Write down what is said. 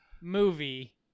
movie